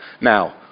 Now